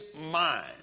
mind